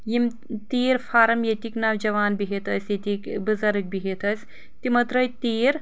یم تیٖر فارم ییٚتیٚکۍ نوجوان بہتھ ٲسۍ ییٚتیٚکۍ بزرگ بہتھ ٲسۍ تمو ترٲے تیٖر